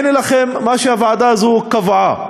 הנה לכם מה שהוועדה הזאת קבעה: